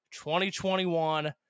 2021